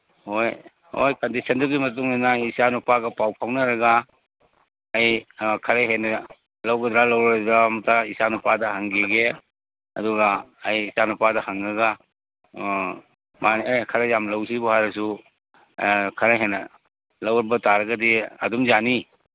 ꯍꯣꯏ ꯍꯣꯏ ꯀꯟꯗꯤꯁꯟꯗꯨꯒꯤ ꯃꯇꯨꯡ ꯏꯟꯅ ꯏꯆꯥ ꯅꯨꯄꯥꯒ ꯄꯥꯎ ꯐꯥꯎꯅꯔꯒ ꯑꯩ ꯈꯔ ꯍꯦꯟꯅ ꯂꯧꯒꯗ꯭ꯔꯥ ꯂꯧꯔꯣꯏꯗ꯭ꯔꯥ ꯑꯝꯇ ꯏꯆꯥꯅꯨꯄꯥꯗ ꯍꯪꯒꯤꯒꯦ ꯑꯗꯨꯒ ꯑꯩꯒꯤ ꯏꯆꯥ ꯅꯨꯄꯥꯗ ꯍꯪꯉꯒ ꯃꯥꯅ ꯑꯦ ꯈꯔ ꯌꯥꯝ ꯂꯧꯁꯤꯕꯨ ꯍꯥꯏꯔꯁꯨ ꯈꯔ ꯍꯦꯟꯅ ꯂꯧꯕ ꯇꯥꯔꯒꯗꯤ ꯑꯗꯨꯝ ꯌꯥꯅꯤ